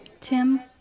Tim